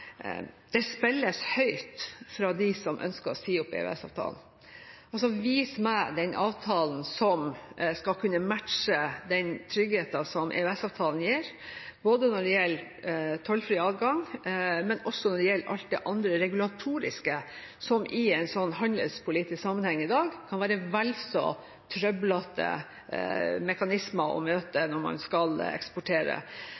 det spilles høyt fra dem som ønsker å si opp EØS-avtalen. Vis meg den avtalen som skal kunne matche den tryggheten som EØS-avtalen gir, både når det gjelder tollfri adgang, og også når det gjelder alt det andre regulatoriske som i en handelspolitisk sammenheng i dag kan være vel så trøblete mekanismer å